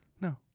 No